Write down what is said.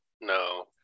no